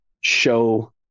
show